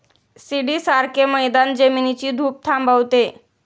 शिडीसारखे मैदान जमिनीची धूप थांबवते